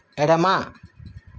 ఎడమ